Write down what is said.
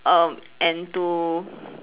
um and to